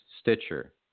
Stitcher